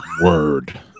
Word